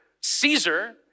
Caesar